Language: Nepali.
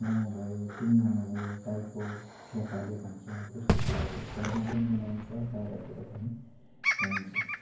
मोमो भयो टी मोमो भयो टाइपो से फाले भन्छ यस्तो कुराहरू घरमा पनि बनाइन्छ बाहिरतिर पनि पाइन्छ